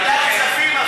ועדת כספים.